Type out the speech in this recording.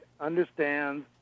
understands